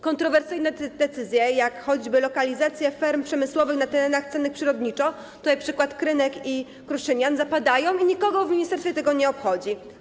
Kontrowersyjne decyzje, jak choćby w sprawie lokalizacji ferm przemysłowych na terenach cennych przyrodniczo - przykład Krynek i Kruszynian - zapadają i nikogo w ministerstwie to nie obchodzi.